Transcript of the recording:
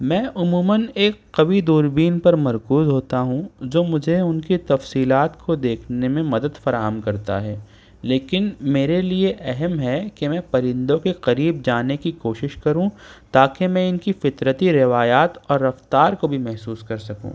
میں عموماً ایک قوی دوربین پر موکوز ہوتا ہوں جو مجھے ان کی تفصیلات کو دیکھنے میں مدد فراہم کرتا ہے لیکن میرے لئے اہم ہے کہ میں پرندوں کے قریب جانے کی کوشش کروں تاکہ میں ان کی فطرتی روایات اور رفتار کو بھی محسوس کر سکوں